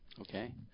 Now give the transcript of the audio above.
Okay